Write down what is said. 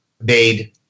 made